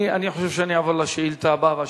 אני חושב שאני אעבור לשאילתא הבאה,